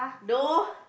no